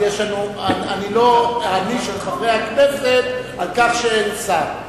אני לא אעניש את חברי הכנסת על כך שאין שר.